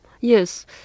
Yes